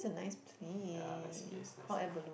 yeah nice place nice place